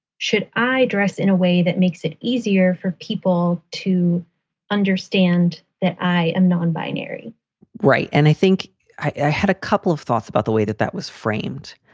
should i dress in a way that makes it easier for people to understand that i am non-binary? right. and i think i had a couple of thoughts about the way that that was framed.